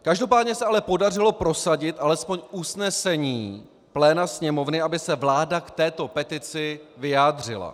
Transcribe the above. Každopádně se ale podařilo prosadit alespoň usnesení pléna Sněmovny, aby se vláda k této petici vyjádřila.